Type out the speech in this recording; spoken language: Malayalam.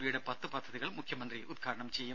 ബിയുടെ പത്ത് പദ്ധതികൾ മുഖ്യമന്ത്രി ഉദ്ഘാടനം ചെയ്യും